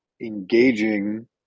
engaging